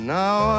now